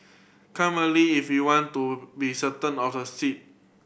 come early if you want to be certain of a seat